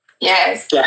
yes